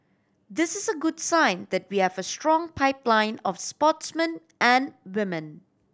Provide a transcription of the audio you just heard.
this is a good sign that we have a strong pipeline of sportsmen and women